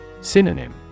Synonym